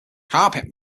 carpet